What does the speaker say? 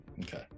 Okay